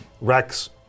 Rex